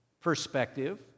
perspective